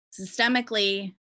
Systemically